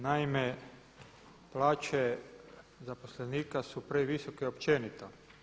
Naime, plaće zaposlenika su previsoke općenito.